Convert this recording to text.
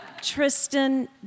Tristan